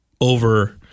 over